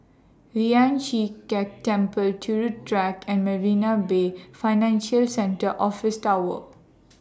Lian Chee Kek Temple Turut Track and Marina Bay Financial Centre Office Tower